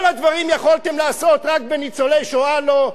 כל הדברים יכולתם לעשות, ורק בניצולי שואה לא?